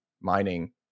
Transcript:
mining